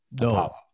no